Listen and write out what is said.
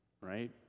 right